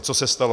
Co se stalo?